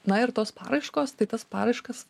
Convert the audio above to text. na ir tos paraiškos tai tas paraiškas